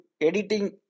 editing